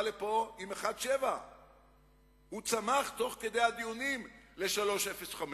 עם 1.7%. הוא צמח תוך כדי הדיונים ל-3.05%,